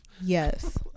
Yes